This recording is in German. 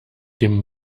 dem